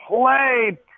play